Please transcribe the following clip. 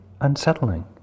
unsettling